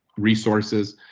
resources.